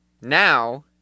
Now